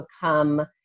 become